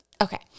okay